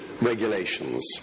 regulations